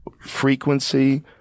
Frequency